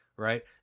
Right